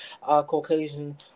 Caucasian